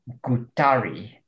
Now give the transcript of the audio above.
Gutari